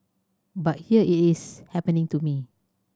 but here it is happening to me